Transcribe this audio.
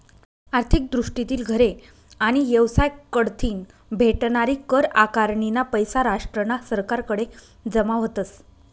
आर्थिक दृष्टीतीन घरे आणि येवसाय कढतीन भेटनारी कर आकारनीना पैसा राष्ट्रना सरकारकडे जमा व्हतस